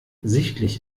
sichtlich